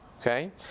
okay